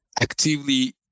actively